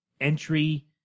entry